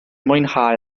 mwynhau